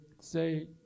say